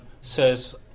says